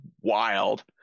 wild